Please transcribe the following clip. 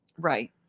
right